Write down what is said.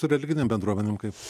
su religinėm bendruomenėm kaip